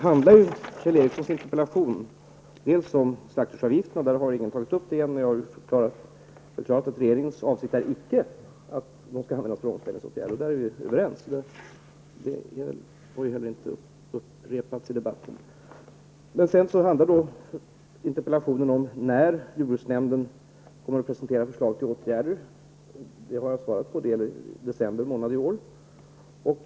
Kjell Ericssons interpellation handlar bl.a. om slaktdjursavgifterna. Ingen av talarna har tagit upp den frågan, men jag vill klargöra att regeringens avsikt icke är dessa skall användas för omställningsåtgärder. Där är vi överens. Frågan har heller inte upprepats i debatten. Sedan handlar interpellationen om när jordbruksnämnden kommer att presentera förslag till åtgärder. Det har jag svarat på: i december månad i år.